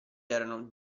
erano